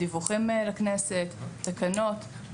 דיווחים לכנסת ותקנות.